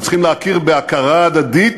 הם צריכים להכיר בהכרה הדדית,